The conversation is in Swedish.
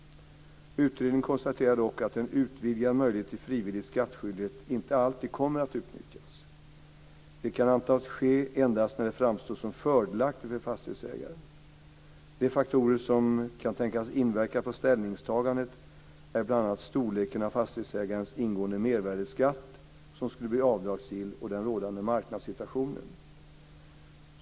Utredningen konstaterade dock att en utvidgad möjlighet till frivillig skattskyldighet inte alltid kommer att utnyttjas. Det kan antas ske endast när det framstår som fördelaktigt för fastighetsägaren. De faktorer som kan tänkas inverka på ställningstagandet är bl.a. storleken av fastighetsägarens ingående mervärdesskatt som skulle bli avdragsgill och den rådande marknadssituationen.